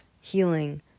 healing